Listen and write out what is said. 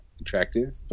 attractive